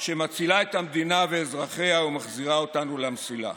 שמצילה את המדינה ואזרחיה ומחזירה אותנו למסילה.